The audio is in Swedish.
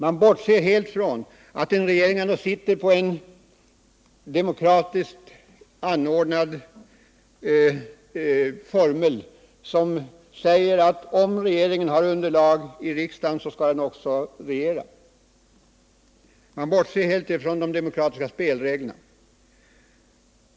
Man bortser helt från att en regering ändå sitter i kraft av en demokratisk formel som säger att om regeringen har underlag i riksdagen skall den också regera. Man bortser helt från de demokratiska spelreglerna.